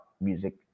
music